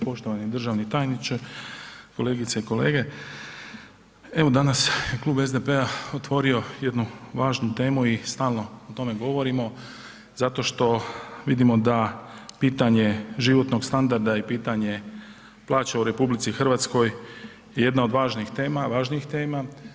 Poštovani državni tajniče, kolegice i kolege, evo danas je Klub SDP-a otvorio jednu važnu temu i stalno o tome govorimo zato što vidimo da pitanje životnog standarda i pitanje plaća u RH je jedna od važnih tema, važnijih tema.